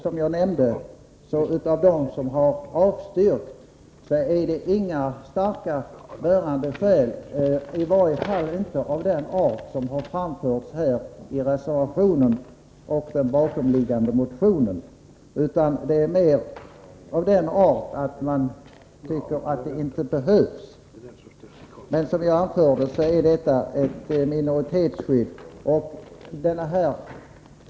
Som jag nämnde, är det ingen av dem som har avstyrkt som har framfört några starka, bärande skäl, i varje fall inte av den art som har framförts i reservationen och den bakomliggande motionen. Invändningarna är mer av den arten att man tycker att det inte behövs. Men som jag sade är detta ett minoritetsskydd.